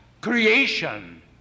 creation